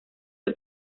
del